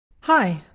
Hi